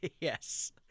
Yes